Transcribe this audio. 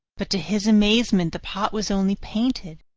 but to his amazement the pot was only painted!